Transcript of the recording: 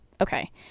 okay